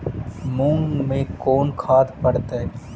मुंग मे कोन खाद पड़तै है?